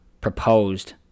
proposed